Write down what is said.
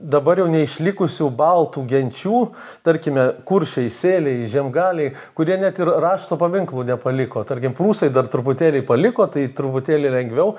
dabar jau neišlikusių baltų genčių tarkime kuršiai sėliai žiemgaliai kurie net ir rašto paminklų nepaliko tarkim prūsai dar truputėlį paliko tai truputėlį lengviau